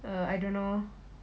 err I don't know